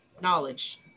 knowledge